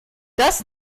das